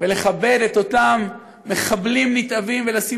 ולכבד את אותם מחבלים נתעבים ולשים